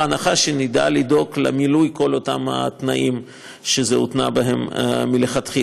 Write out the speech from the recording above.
בהנחה שנדע לדאוג למילוי כל אותם תנאים שזה הותנה בהם מלכתחילה.